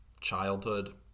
childhood